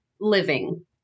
living